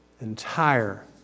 entire